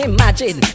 Imagine